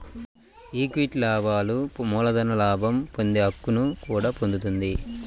equity లాభాలు మూలధన లాభం పొందే హక్కును కూడా పొందుతుంది